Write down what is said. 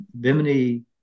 Bimini